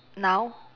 now